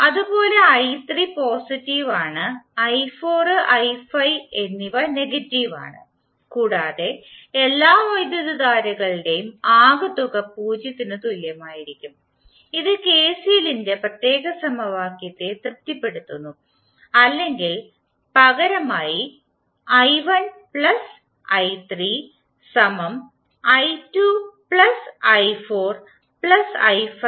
അതുപോലെ i3 positive ആണ് i4 i5 എന്നിവ നെഗറ്റീവ് ആണ് കൂടാതെ എല്ലാ വൈദ്യുതധാരകളുടെയും ആകെത്തുക പൂജ്യത്തിനു തുല്യമായിരിക്കും ഇത് കെസിഎല്ലിന്റെ പ്രത്യേക സമവാക്യത്തെ തൃപ്തിപ്പെടുത്തുന്നു അല്ലെങ്കിൽ പകരമായി i1 പ്ലസ് plus " i3 സമം i2 plus i4 plus i5